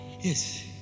Yes